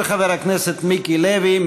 של חבר הכנסת מיקי לוי.